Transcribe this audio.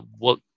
work